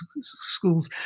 schools